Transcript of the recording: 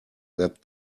that